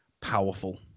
powerful